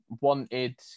wanted